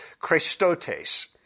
Christotes